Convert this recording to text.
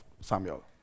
Samuel